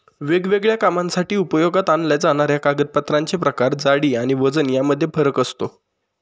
वेगवेगळ्या कामांसाठी उपयोगात आणल्या जाणाऱ्या कागदांचे प्रकार, जाडी आणि वजन यामध्ये फरक असतो